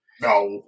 No